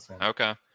Okay